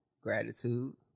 gratitude